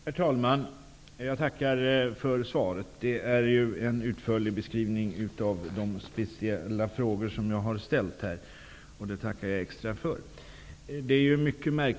Herr talman! Jag tackar för svaret, som ger en utförlig beskrivning av de speciella frågor som jag har ställt. Det tackar jag extra mycket för.